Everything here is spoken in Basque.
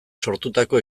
sortutako